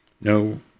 No